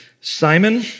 Simon